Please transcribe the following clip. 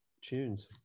tunes